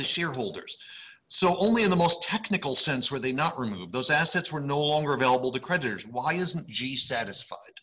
the shareholders so only in the most technical sense were they not remove those assets were no longer available to creditors and why isn't g satisfied